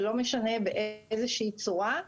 ולא משנה באיזו צורה,